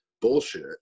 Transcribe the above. bullshit